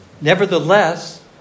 Nevertheless